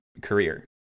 career